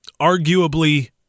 arguably